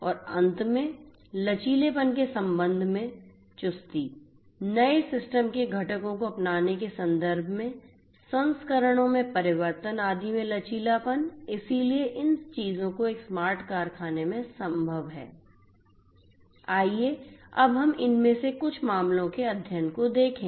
और अंत में लचीलेपन के संबंध में चुस्ती नए सिस्टम के घटकों को अपनाने के संदर्भ में संस्करणों में परिवर्तन आदि में लचीलापन इसलिए इन सभी चीजों को एक स्मार्ट कारखाने में संभव है आइए अब हम इनमें से कुछ मामलों के अध्ययन को देखें